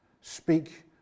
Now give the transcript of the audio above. speak